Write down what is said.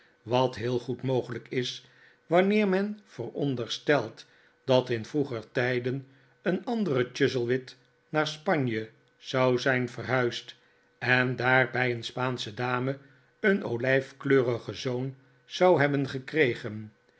wat heel goed mogelijk is wanneer men veronderstelt dat in vroeger tijden een andere chuzzlewit naar spanje zou zijn verhuisd en daar bij een spaansche dame een olijfkleurigen zoon zou hebben gekregen